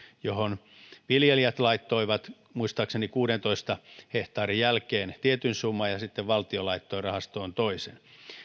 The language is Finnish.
johon viljelijät laittoivat muistaakseni kuudentoista hehtaarin jälkeen tietyn summan ja sitten valtio laittoi rahastoon toisen